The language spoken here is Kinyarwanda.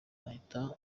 ahita